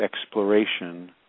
exploration